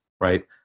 right